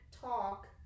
talk